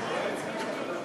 חברי חברי הכנסת וחברות הכנסת,